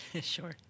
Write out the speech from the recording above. Sure